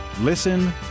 Listen